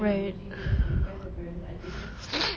right